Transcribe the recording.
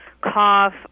cough